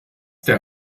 der